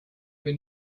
when